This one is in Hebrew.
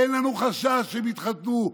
אין לנו חשש שהם יתחתנו,